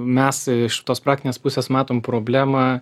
mes iš tos praktinės pusės matom problemą